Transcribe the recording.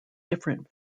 different